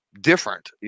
different